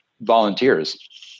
volunteers